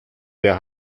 der